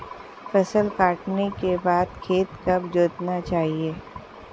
फसल काटने के बाद खेत कब जोतना चाहिये?